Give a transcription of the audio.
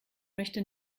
möchte